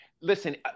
listen